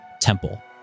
temple